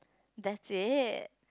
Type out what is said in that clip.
that's it